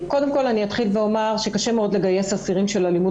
קודם כל אתחיל ואומר שקשה מאוד לגייס אסירים של אלימות